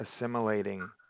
assimilating